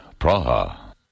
Praha